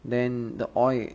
then the oil